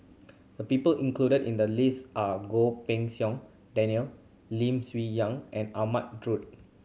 the people included in the list are Goh Pei Siong Daniel Lim Swee young and Ahmad Daud